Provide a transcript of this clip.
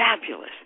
fabulous